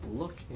look